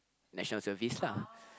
National-Service lah